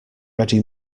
ready